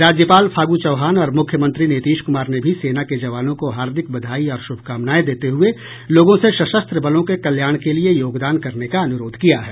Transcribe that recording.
राज्यपाल फागू चौहान और मुख्यमंत्री नीतीश कुमार ने भी सेना के जवानों को हार्दिक बधाई और श्रभकामनाएं देते हुये लोगों से सशस्त्र बलों के कल्याण के लिए योगदान करने का अनुरोध किया है